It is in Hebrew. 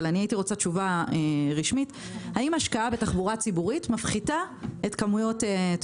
אבל הייתי רוצה תשובה רשמית מפחיתה את כמויות תאונות הדרכים.